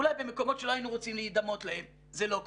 אולי במקומות שלא היינו רוצים להידמות להם זה לא כך.